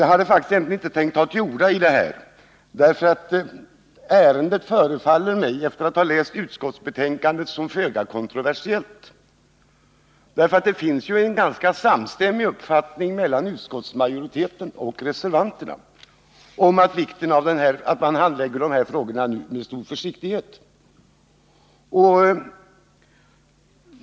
Jag hade faktiskt inte tänkt ta till orda, därför att det förefaller mig — efter att ha läst utskottets betänkande — som om ärendet är föga kontroversiellt. Det finns ju en ganska samstämmig uppfattning hos utskottsmajoriteten och reservanterna om vikten av att man handlägger de här frågorna med stor försiktighet.